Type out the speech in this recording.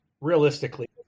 Realistically